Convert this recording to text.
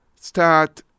Start